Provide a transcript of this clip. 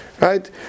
Right